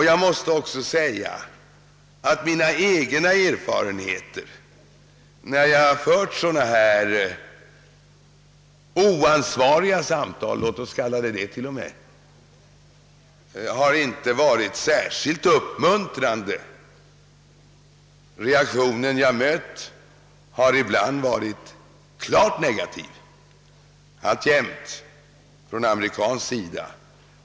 Jag vill också säga att mina erfarenheter när jag fört sådana här litet oansvariga samtal — låt oss kalla dem så — inte är särskilt uppmuntrande. De reaktioner jag mött har ibland varit klart negativa och är så alltjämt från amerikansk sida.